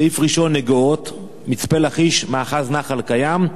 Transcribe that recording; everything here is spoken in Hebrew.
סעיף ראשון: נגוהות, מצפה-לכיש, מאחז נח"ל קיים,